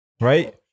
Right